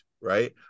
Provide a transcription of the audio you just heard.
right